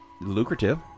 lucrative